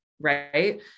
Right